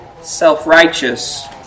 self-righteous